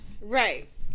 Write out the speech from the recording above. Right